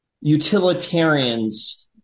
utilitarians